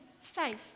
faith